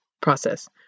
process